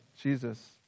Jesus